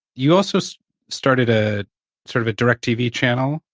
you also started a sort of a directv channel,